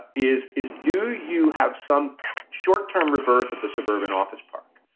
is, is do you have some short term rebirth of the suburban office park?